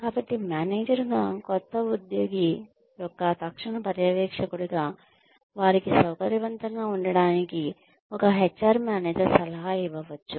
కాబట్టి మేనేజర్గా కొత్త ఉద్యోగి యొక్క తక్షణ పర్యవేక్షకుడిగా వారికి సౌకర్యవంతంగా ఉండటానికి ఒక హెచ్ఆర్ మేనేజర్HR manager సలహా ఇవ్వవచ్చు